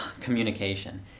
communication